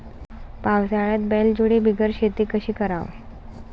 पावसाळ्यात बैलजोडी बिगर शेती कशी कराव?